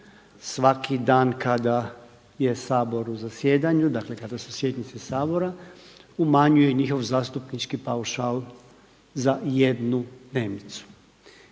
svaki dan kada je Sabor u zasjedanju, dakle kada su sjednice Sabora umanjuje njihov zastupnički paušal za jednu dnevnicu.